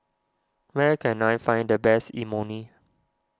where can I find the best Imoni